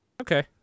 Okay